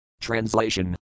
Translation